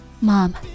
Mom